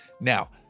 Now